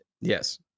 Yes